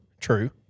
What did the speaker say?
true